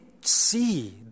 see